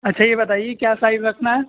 اچھا یہ بتائیے کیا سائز رکھنا ہے